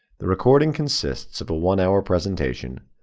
the recording consists of a one-hour presentation,